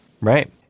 Right